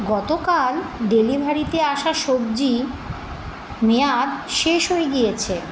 গতকাল ডেলিভারিতে আসা সব্জি মেয়াদ শেষ হয়ে গিয়েছে